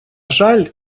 жаль